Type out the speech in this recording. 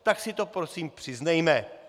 Tak si to prosím přiznejme.